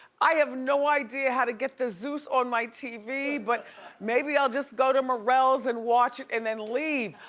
i have no idea how to get the zeus on my tv, but maybe i'll just go to merrell's and watch it and then leave,